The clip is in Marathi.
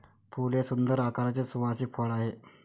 फूल हे सुंदर आकाराचे सुवासिक फळ आहे